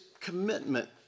commitment